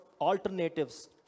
alternatives